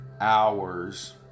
hours